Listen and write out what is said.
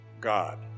god